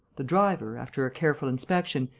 the driver, after a careful inspection,